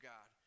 God